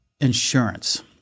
insurance